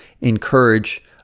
encourage